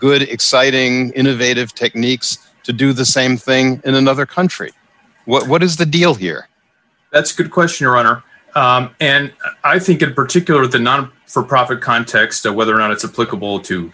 good exciting innovative techniques to do the same thing in another country what is the deal here that's a good question a runner and i think a particular the not for profit context of whether or not it's a political to